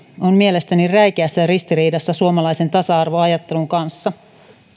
on mielestäni räikeässä ristiriidassa suomalaisen tasa arvoajattelun kanssa